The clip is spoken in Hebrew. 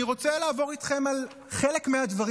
אני רוצה לעבור איתכם על חלק מהדברים